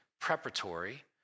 preparatory